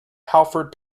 halford